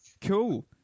Cool